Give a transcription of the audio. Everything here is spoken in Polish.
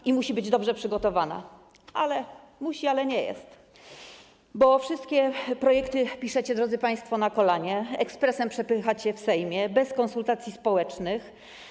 I musi być ona dobrze przygotowana, ale, choć musi, nie jest, bo wszystkie projekty piszecie, drodzy państwo, na kolanie, ekspresem przepychacie w Sejmie bez konsultacji społecznych.